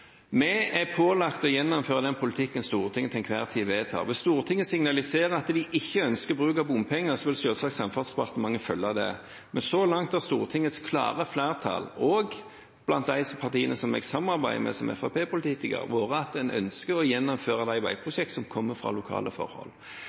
Vi er pålagt å gjennomføre den politikken Stortinget til enhver tid vedtar. Hvis Stortinget signaliserer at de ikke ønsker bruk av bompenger, vil selvsagt Samferdselsdepartementet følge det. Men så langt har Stortingets klare flertall, og blant dem de partiene som jeg samarbeider med som Fremskrittsparti-politiker, ønsket å gjennomføre de veiprosjektene som kommer fra lokalt hold. Samtidig har vi sagt at vi ønsker å